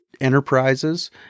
enterprises